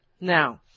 Now